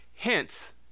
Hence